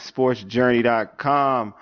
SportsJourney.com